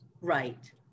Right